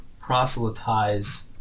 proselytize